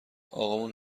اقامون